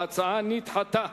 ההצעה נדחתה.